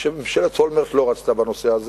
כשממשלת אולמרט לא רצתה בזה.